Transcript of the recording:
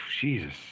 Jesus